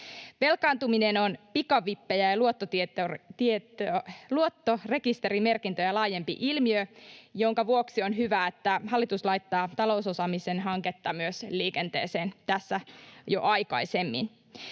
Velkaantuminen on pikavippejä ja luottorekisterimerkintöjä laajempi ilmiö, minkä vuoksi on hyvä, että hallitus laittaa myös talousosaamisen hanketta liikenteeseen tässä jo aikaisemmin.